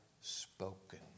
spoken